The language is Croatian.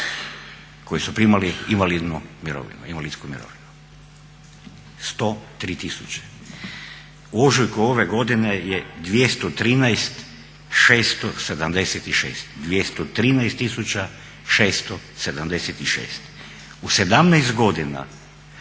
koji su primali invalidnu mirovinu, invalidsku mirovinu, 103 000. U ožujku ove godine je 213 676. U 17 godina